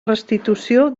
restitució